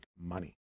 money